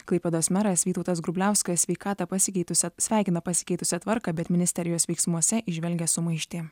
klaipėdos meras vytautas grubliauskas sveikatą pasikeitusią sveikina pasikeitusią tvarką bet ministerijos veiksmuose įžvelgia sumaištį